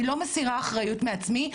אני לא מסירה אחריות מעצמי,